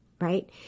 right